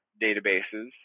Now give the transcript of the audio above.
databases